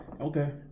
Okay